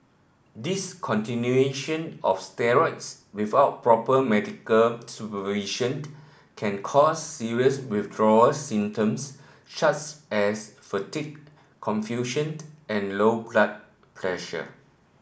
discontinuation of steroids without proper medical supervision can cause serious withdrawal symptoms such as fatigue confusion and low blood pressure